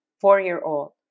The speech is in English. four-year-old